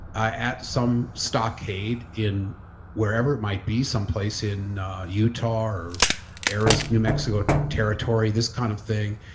ah at some stockade in wherever it might be. some place in utah or areas, new mexico territory this kind of thing,